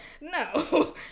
No